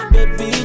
Baby